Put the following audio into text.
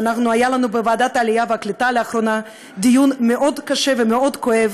שלאחרונה היה לנו בוועדת העלייה והקליטה דיון מאוד קשה ומאוד כואב,